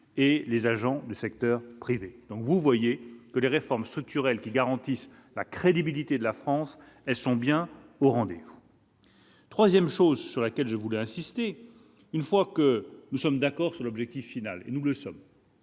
et les agents du secteur privé, donc vous voyez que les réformes structurelles qui garantissent la crédibilité de la France, elles sont bien au rendez-vous 3ème, chose sur laquelle je voulais insister une fois que nous sommes d'accord sur l'objectif final et nous le sommes.